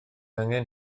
angen